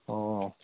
ꯑꯣ